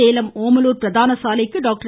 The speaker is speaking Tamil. சேலம் ஓமலூர் பிரதான சாலைக்கு டாக்டர்